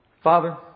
Father